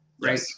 right